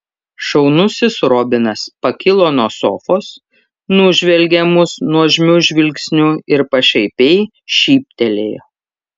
šaunusis robinas pakilo nuo sofos nužvelgė mus nuožmiu žvilgsniu ir pašaipiai šyptelėjo